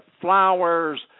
flowers